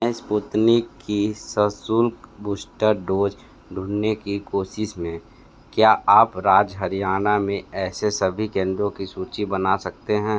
मैं स्पुतनिक की सशुल्क बूस्टर डोज़ ढूँढने की कोशिश में क्या आप राज्य हरियाणा में ऐसे सभी केंद्रों की सूची बना सकते हैं